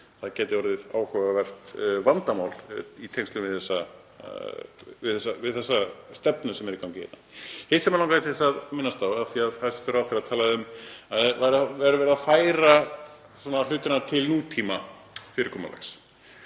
Það gæti orðið áhugavert vandamál í tengslum við þessa stefnu sem er í gangi hérna. Hitt sem mig langaði til þess að minnast á: Hæstv. ráðherra talaði um að það væri verið að færa hlutina til nútímafyrirkomulags